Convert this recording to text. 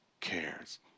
cares